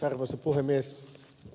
arvoisa puhemies